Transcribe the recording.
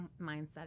mindset